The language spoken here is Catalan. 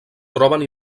troben